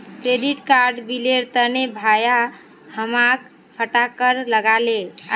credit card बिलेर तने भाया हमाक फटकार लगा ले